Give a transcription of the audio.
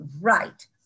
Right